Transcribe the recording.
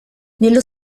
nello